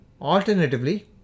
Alternatively